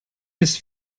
his